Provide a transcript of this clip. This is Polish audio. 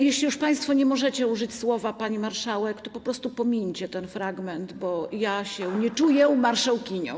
Jeśli już państwo nie możecie użyć zwrotu: pani marszałek, to po prostu pomińcie ten fragment, bo ja się nie czuję marszałkinią.